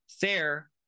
Fair